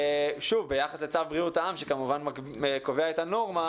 שוב, ביחס לצו בריאות העם שכמובן קובע את הנורמה